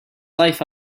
life